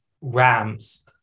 Rams